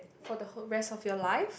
for the whole rest of your life